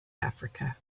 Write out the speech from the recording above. africa